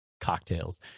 cocktails